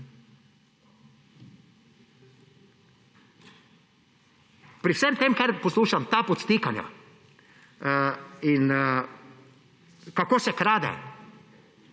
pri vsem tem, kar poslušam, ta podtikanja in kako se krade.